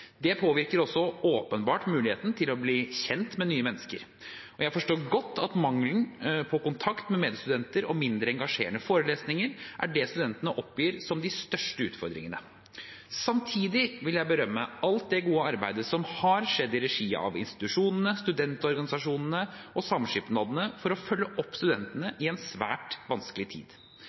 Det påvirker også selvsagt muligheten til å bli kjent med nye mennesker. Jeg forstår godt at mangelen på kontakt med medstudenter og mindre engasjerende forelesninger er det studentene oppgir som de største utfordringene. Samtidig vil jeg berømme alt det gode arbeidet som har skjedd i regi av institusjonene, studentorganisasjonene og samskipnadene for å følge opp studentene i en svært vanskelig tid.